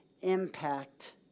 impact